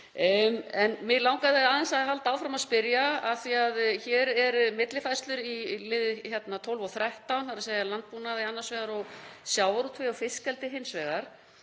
Mig langaði aðeins að halda áfram að spyrja, hér eru millifærslur í lið 12 og 13, þ.e. landbúnaði annars vegar og sjávarútvegi og fiskeldi hins vegar.